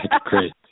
Great